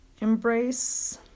embrace